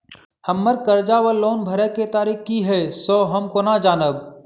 हम्मर कर्जा वा लोन भरय केँ तारीख की हय सँ हम केना जानब?